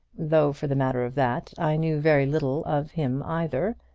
though for the matter of that, i knew very little of him either.